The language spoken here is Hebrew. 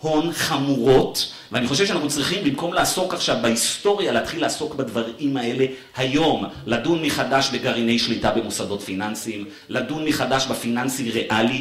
הון חמורות, ואני חושב שאנחנו צריכים במקום לעסוק עכשיו בהיסטוריה, להתחיל לעסוק בדברים האלה היום, לדון מחדש בגרעיני שליטה במוסדות פיננסיים, לדון מחדש בפיננסי ריאלי.